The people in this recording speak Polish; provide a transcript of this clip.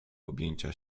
objęcia